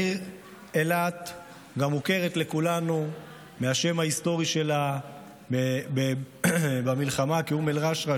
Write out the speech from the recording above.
העיר אילת גם מוכרת לכולנו מהשם ההיסטורי שלה במלחמה כאום אל-רשרש,